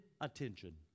attention